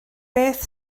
beth